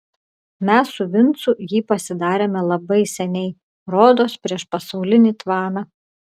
mes su vincu jį pasidarėme labai seniai rodos prieš pasaulinį tvaną